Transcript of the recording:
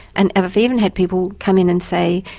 and i've even had people come in and say,